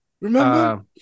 Remember